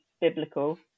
biblical